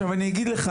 אני אגיד לך,